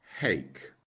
hake